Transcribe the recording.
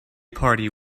party